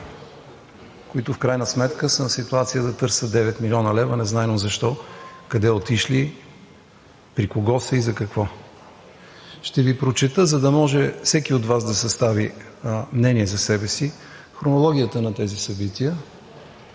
които в крайна сметка съм в ситуация да търся 9 млн. лв., незнайно защо, къде отишли, при кого са и за какво. Ще Ви прочета, за да може всеки от Вас да състави мнение за себе си, хронологията на тези събития,